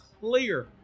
clear